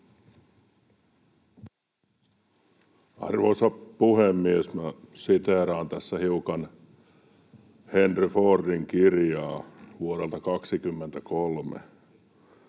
Arvoisa puhemies! Minä siteeraan tässä hiukan Henry Fordin kirjaa vuodelta 23: